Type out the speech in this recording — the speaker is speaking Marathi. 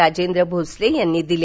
राजेंद्र भोसले यांनी दिल्या